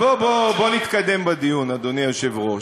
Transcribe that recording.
אז בוא, בוא נתקדם בדיון, אדוני היושב-ראש.